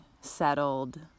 settled